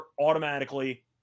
automatically